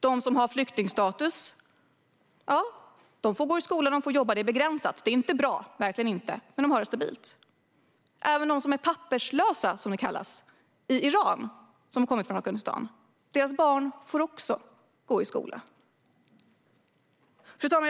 De som har flyktingstatus får gå i skola och får jobba. Det är begränsat. Det är inte bra - verkligen inte. Men de har det stabilt. Även barnen till papperslösa, som de kallas, som har kommit till Iran från Afghanistan får gå i skola. Fru talman!